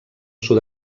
sud